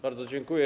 Bardzo dziękuję.